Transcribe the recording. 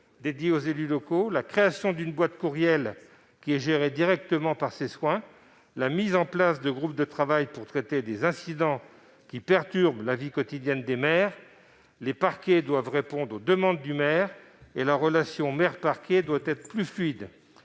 dédiées aux élus locaux, la création d'une boîte aux lettres électronique gérée par ses soins et la mise en place de groupes de travail pour traiter des incidents qui perturbent la vie quotidienne des maires. Les parquets doivent répondre aux demandes du maire, et la relation maire-parquet doit être plus fluide.